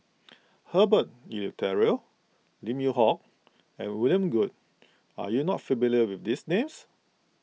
Herbert Eleuterio Lim Yew Hock and William Goode are you not familiar with these names